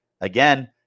Again